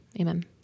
Amen